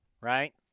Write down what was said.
right